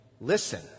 Listen